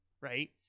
Right